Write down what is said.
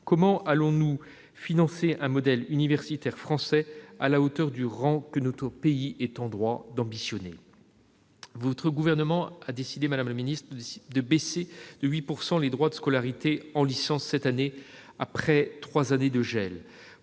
comment allons-nous financer un modèle universitaire français à la hauteur du rang que notre pays est en droit d'ambitionner ? Le Gouvernement a décidé de baisser de 8 % les droits de scolarité en licence cette année, après trois années de gel